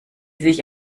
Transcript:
sich